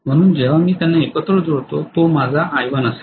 म्हणून जेव्हा मी त्यांना एकत्र जोडतो तेव्हा तो माझा I1 असेल